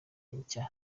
nshya